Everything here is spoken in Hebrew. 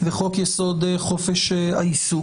וחוק יסוד: חופש העיסוק.